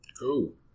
Cool